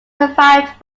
survived